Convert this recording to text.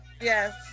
Yes